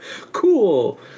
cool